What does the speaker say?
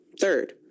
Third